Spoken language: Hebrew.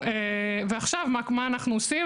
ועכשיו, מה אנחנו עושים?